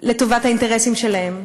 לטובת האינטרסים שלהם.